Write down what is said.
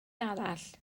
arall